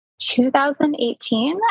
2018